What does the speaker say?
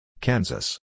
Kansas